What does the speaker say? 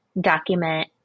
document